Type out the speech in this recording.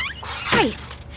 Christ